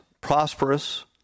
prosperous